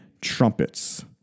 trumpets